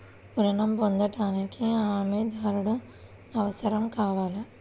ఋణం పొందటానికి హమీదారుడు అవసరం కావాలా?